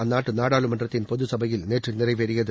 அந்நாட்டு நாடாளுமன்றத்தின் பொதுச்சபையில் நேற்று நிறைவேறியது